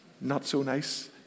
not-so-nice